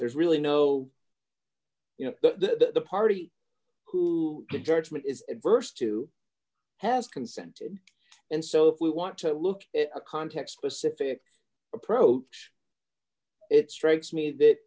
there's really no you know the party who the judgment is adverse to has consented and so if we want to look at a context specific approach it strikes me that